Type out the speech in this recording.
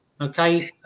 okay